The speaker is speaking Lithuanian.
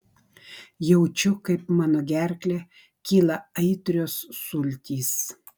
jaučiu kaip mano gerkle kyla aitrios sultys